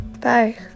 bye